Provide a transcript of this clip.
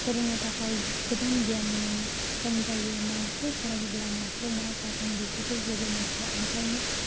फोरोंनो थाखाय गोबां गियाननि खम जायो माखौ फरायहोब्ला माखौ मा जागोन बेफोरखौ जेबो मिथिया ओंखायनो